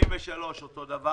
עמותה מספר 83 (תו המשווה) אותו דבר,